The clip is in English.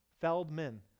Feldman